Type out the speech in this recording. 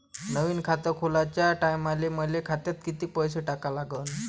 नवीन खात खोलाच्या टायमाले मले खात्यात कितीक पैसे टाका लागन?